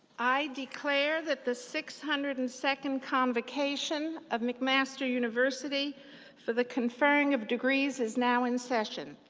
i declare that the six hundred and second convocation of mcmaster university for the conferring of degrees is now in session.